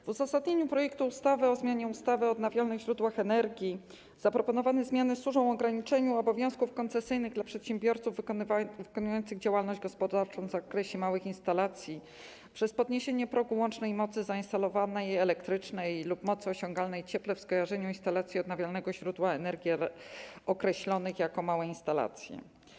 Według uzasadnienia projektu ustawy o zmianie ustawy o odnawialnych źródłach energii zaproponowane zmiany służą ograniczeniu obowiązków koncesyjnych w odniesieniu do przedsiębiorców wykonujących działalność gospodarczą w zakresie małych instalacji przez podniesienie progu łącznej mocy zainstalowanej elektrycznej lub mocy osiągalnej cieplnej w skojarzeniu dla instalacji odnawialnego źródła energii określanych jako małe instalacje.